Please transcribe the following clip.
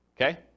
Okay